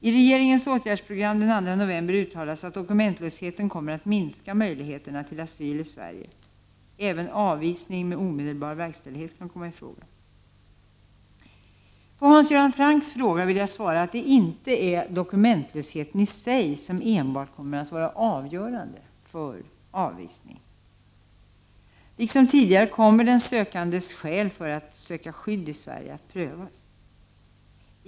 I regeringens åtgärdsprogram från den 2 november uttalas att dokumentlöshet kommer att minska möjligheterna till asyl i Sverige. Även avvisning med omedelbar verkställighet kan komma i fråga. På Hans Göran Francks fråga vill jag svara att det inte är dokumentlösheten i sig som enbart kommer att vara avgörande för frågan om avvisning. Liksom tidigare kommer den sökandes skäl för att söka skydd i Sverige att prövas.